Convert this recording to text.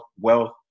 wealth